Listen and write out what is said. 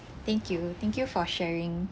thank you thank you for sharing